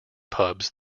pubs